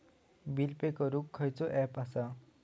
Bill pay करूक खैचो app असा?